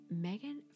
Megan